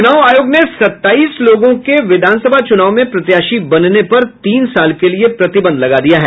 चुनाव आयोग ने सत्ताईस लोगों के विधानसभा चुनाव में प्रत्याशी बनने पर तीन साल के लिये प्रतिबंध लगा दिया है